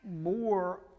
more